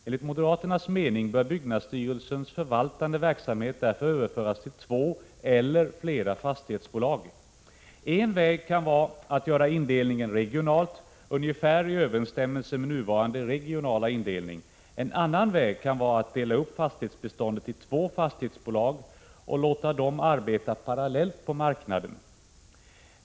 Enligt moderaternas mening bör byggnadsstyrelsens förvaltande verksamhet därför överföras till två eller flera fastighetsbolag. En väg kan vara att göra indelningen regionalt, ungefär i överensstämmelse med nuvarande regionala indelning. En annan väg kan vara att dela upp fastighetsbeståndet i två fastighetsbolag och låta dem arbeta parallellt på marknaden.